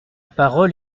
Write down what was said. parole